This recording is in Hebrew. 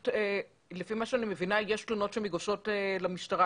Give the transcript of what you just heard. לפי מה שאני מבינה, יש תלונות שמוגשות למשטרה.